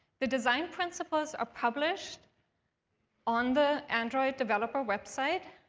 the design principles are published on the android developer website.